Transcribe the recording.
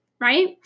right